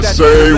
say